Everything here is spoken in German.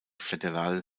federal